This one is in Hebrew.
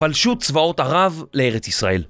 פלשו צבאות ערב לארץ ישראל